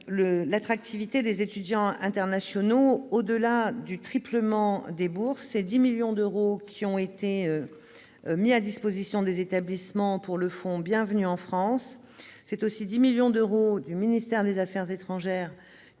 aux yeux des étudiants internationaux. Au-delà du triplement des bourses, 10 millions d'euros ont été mis à disposition des établissements au titre du fonds « Bienvenue en France ». De surcroît, 10 millions d'euros du ministère des affaires étrangères